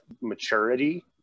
maturity